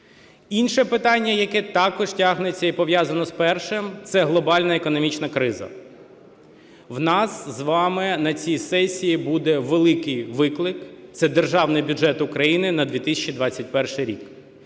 Інше питання, яке також тягнеться і пов'язано з першим, це глобальна економічна криза. В нас з вами на цій сесії буде великий виклик – це Державний бюджет України на 2021 рік.